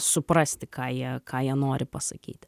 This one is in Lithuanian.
suprasti ką jie ką jie nori pasakyti